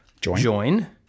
join